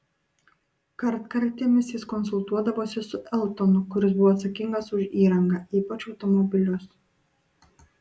kartkartėmis jis konsultuodavosi su eltonu kuris buvo atsakingas už įrangą ypač automobilius